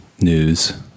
news